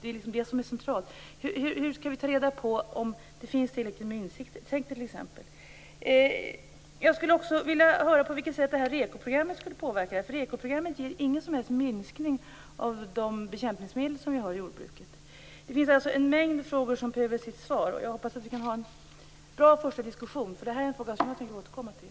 Det är det centrala. Hur skall vi ta reda på om det finns tillräckligt med t.ex. insekter? Jag skulle också vilja höra på vilket sätt REKO programmet skulle påverka. REKO-programmet ger ingen som helst minskning av de bekämpningsmedel vi har i jordbruket. Det är alltså en mängd frågor som kräver svar, och jag hoppas att vi kan ha en bra första diskussion. Det här är en fråga som jag tänker återkomma till.